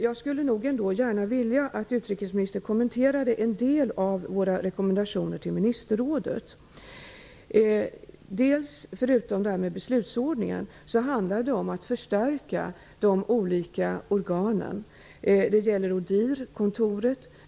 Jag skulle gärna vilja att utrikesministern kommenterade en del av våra rekommendationer till ministerrådet. Förutom detta med beslutsordningen handlar det om att förstärka de olika organen, t.ex. ODIHR-kontoret.